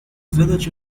village